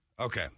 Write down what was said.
Okay